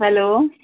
hello